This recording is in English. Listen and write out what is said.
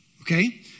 okay